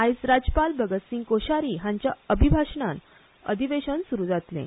आज राज्यपाल भगतसिंग कोशयारी हांच्या अभिभाशणान अधिवेशन स्रु जातलें